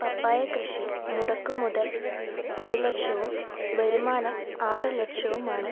പപ്പായ കൃഷി മുടക്ക് മുതൽ ഒരു ലക്ഷവും വരുമാനം ആറ് ലക്ഷവുമാണ്